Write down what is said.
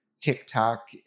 TikTok